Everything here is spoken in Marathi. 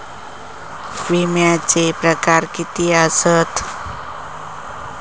विमाचे प्रकार किती असतत?